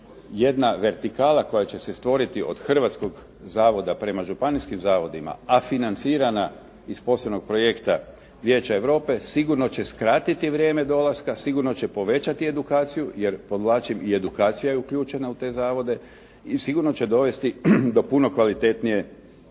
jedna vertikala koja će se stvoriti od Hrvatskog zavoda prema županijskim zavodima, a financirana iz posebnog projekta Vijeća Europe sigurno će skratiti vrijeme dolaska, sigurno će povećati edukaciju jer podvlačim i edukacija je uključena u te zavode i sigurno će dovesti do puno kvalitetnije